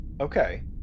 Okay